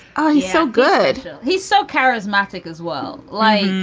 oh, he's so good he's so charismatic as well. like,